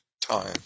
time